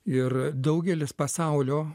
ir daugelis pasaulio